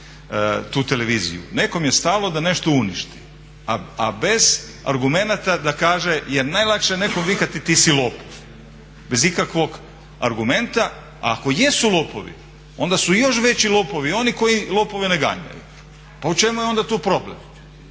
tu televiziju. Nekom je stalo da nešto uništi, a bez argumenata da kaže jer najlakše je nekome vikati ti si lopov bez ikakvog argumenta. A ako jesu lopovi onda su još veći lopovi oni koji lopove ne ganjaju. Pa u čemu je onda tu problem?